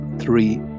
three